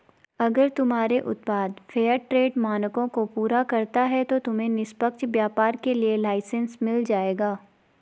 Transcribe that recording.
अगर तुम्हारे उत्पाद फेयरट्रेड मानकों को पूरा करता है तो तुम्हें निष्पक्ष व्यापार के लिए लाइसेन्स मिल जाएगा